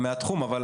מהתחום, אבל